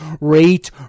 rate